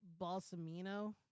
Balsamino